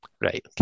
Right